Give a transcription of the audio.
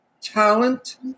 talent